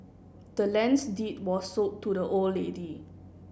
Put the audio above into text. the land's deed was sold to the old lady